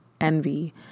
envy